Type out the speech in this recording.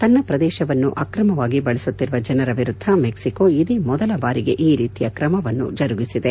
ತನ್ನ ಪ್ರದೇಶವನ್ನು ಅಕ್ರಮವಾಗಿ ಬಳಸುತ್ತಿರುವ ಜನರ ವಿರುದ್ದ ಮೆಕ್ಪಿಕೊ ಇದೇ ಮೊದಲ ಬಾರಿಗೆ ಈ ರೀತಿಯ ಕ್ರಮವನ್ನು ಜರುಗಿಸಿದೆ